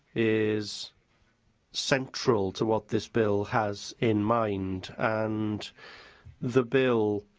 is central to what this bill has in mind, and the bill,